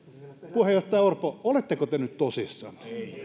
puheenjohtaja orpo oletteko te nyt tosissanne